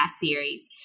series